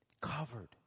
Covered